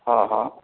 ହଁ ହଁ